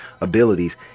abilities